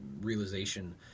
realization